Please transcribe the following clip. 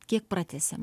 kiek pratęsiame